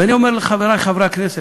ואני אומר לחברי חברי הכנסת,